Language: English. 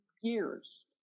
years